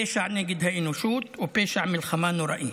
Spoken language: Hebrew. פשע נגד האנושות ופשע מלחמה נוראי.